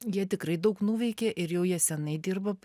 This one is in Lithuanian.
jie tikrai daug nuveikė ir jau jie senai dirba